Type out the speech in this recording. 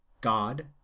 god